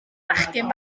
fachgen